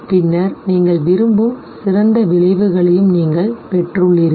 பின்னர் நீங்கள் விரும்பும் சிறந்த விளைவுகளையும் நீங்கள் பெற்றுள்ளீர்கள்